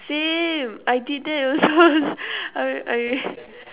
same I did that also I I